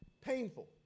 painful